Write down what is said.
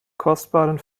kostbaren